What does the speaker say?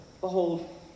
Behold